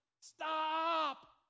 stop